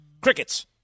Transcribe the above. Crickets